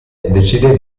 decide